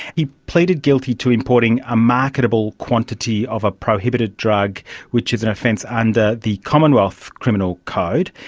he pleaded guilty to importing a marketable quantity of a prohibited drug which is an offence under the commonwealth criminal code,